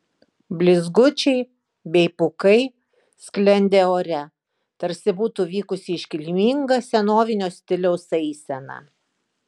blizgučiai bei pūkai sklendė ore tarsi būtų vykusi iškilminga senovinio stiliaus eisena